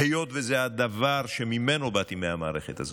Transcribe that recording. היות שזה הדבר שממנו באתי, מהמערכת הזאת,